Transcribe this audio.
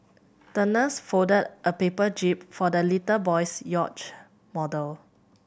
the nurse folded a paper jib for the little boy's yacht model